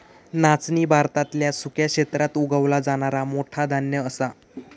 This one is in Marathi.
नाचणी भारतातल्या सुक्या क्षेत्रात उगवला जाणारा मोठा धान्य असा